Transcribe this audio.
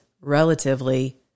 relatively